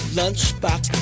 lunchbox